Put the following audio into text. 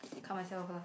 cut myself la